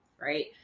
right